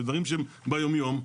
בדברים שהם ביום יום,